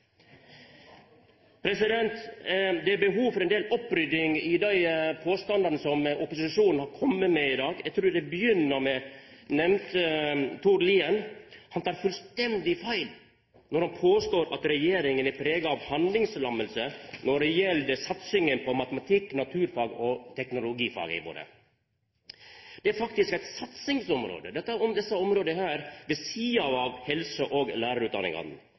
Det er behov for ein del opprydding i dei påstandane som opposisjonen har kome med i dag. Eg trur eg begynner med nemnde Tord Lien. Han tek fullstendig feil når han påstår at regjeringa er prega av handlingslamming når det gjeld satsinga på matematikk, naturfag og teknologifaga våre. Desse områda er faktisk eit satsingsområde ved sida av helse- og lærarutdanningane.